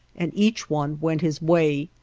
and each one went his way.